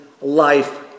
life